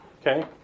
okay